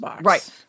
Right